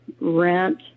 rent